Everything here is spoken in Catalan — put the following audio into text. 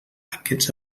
aquests